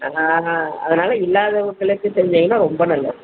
அதனால் இல்லாதவங்களுக்கு செஞ்சுங்கன்னா ரொம்ப நல்லது